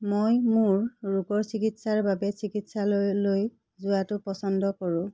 মই মোৰ ৰোগৰ চিকিৎসাৰ বাবে চিকিৎসালয়লৈ যোৱাটো পচন্দ কৰোঁ